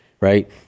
right